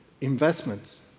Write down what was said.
investments